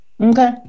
Okay